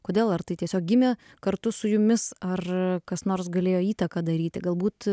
kodėl ar tai tiesiog gimė kartu su jumis ar kas nors galėjo įtaką daryti galbūt